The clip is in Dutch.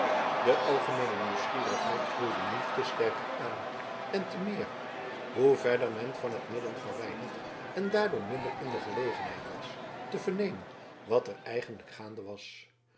de algemeene nieuwsgierigheid groeide nu te sterker aan en te meer hoe verder men van het midden verwijderd en daardoor minder in de gelegenheid was te vernemen wat er eigenlijk gaande was